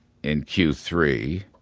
in q three,